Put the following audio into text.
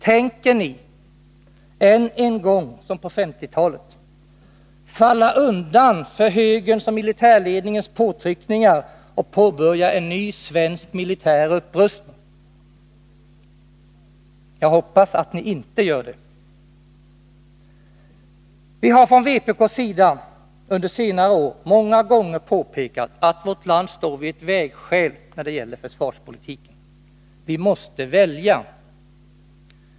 Tänker ni än en gång, som på 1950-talet, falla undan för högerns och militärledningens påtryckningar och påbörja en ny svensk militär upprustning? Jag hoppas att ni inte gör det! Vi har från vpk:s sida under senare år många gånger påpekat, att vårt land står vid ett vägskäl när det gäller försvarspolitiken. Vi måste välja.